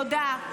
תודה.